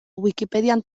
wikipedian